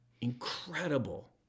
incredible